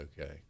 Okay